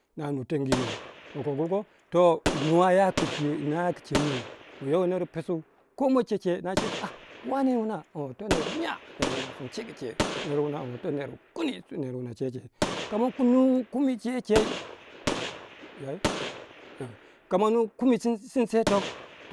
Nanu teng yimo ma kogu koh nuwa ya kue chennuwei buner pusu no chegu a' wane wuna to ner wu nya wane wuna to nya a son chegu chei won ton ner wu kundi che chei kama kingi kumi che chei kama nying kumi sindu soi tok.